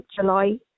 July